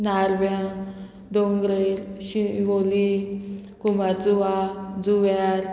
नारव्यां दोंगरे शिवोली कुंभारजुवा जुंव्यार